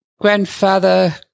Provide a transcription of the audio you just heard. Grandfather